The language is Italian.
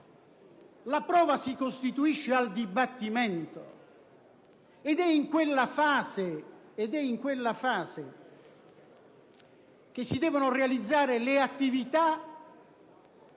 la prova si costituisce al dibattimento ed è in quella fase che si devono realizzare le attività